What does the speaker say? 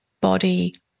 body